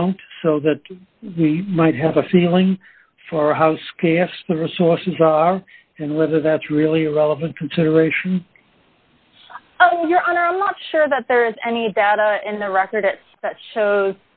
don't so that we might have a feeling for house k s the resources are and whether that's really a relevant consideration oh you're under a lot sure that there is any data in the record that shows